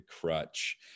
crutch